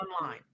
online